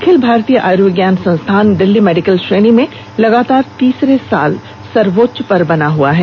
अखिल भारतीय आयुर्विज्ञान संस्थान दिल्ली मेडिकल श्रेणी में लगातार तीसरे साल सर्वोच्च बना हुआ है